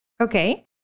Okay